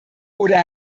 oder